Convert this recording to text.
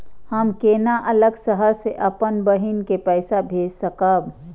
हम केना अलग शहर से अपन बहिन के पैसा भेज सकब?